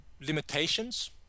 limitations